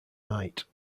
night